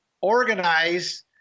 organize